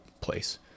place